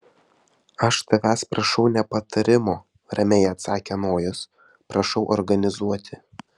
aš tavęs prašau ne patarimo ramiai atsakė nojus prašau organizuoti